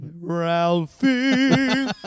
Ralphie